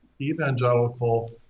evangelical